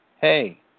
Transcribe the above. hey